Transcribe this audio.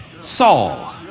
Saul